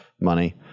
money